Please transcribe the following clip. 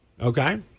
Okay